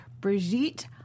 Brigitte